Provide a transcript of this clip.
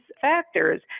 factors